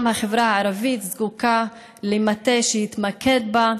גם החברה הערבית זקוקה למטה שיתמקד בה.